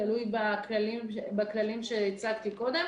תלוי בכללים שהצגתי קודם,